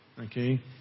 Okay